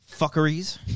Fuckeries